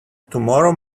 tomorrow